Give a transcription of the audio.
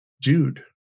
Jude